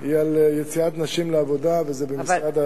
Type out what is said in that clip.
הוא על יציאת נשים לעבודה, וזה במשרד התמ"ת.